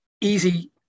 Easy